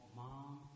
mom